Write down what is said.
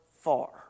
far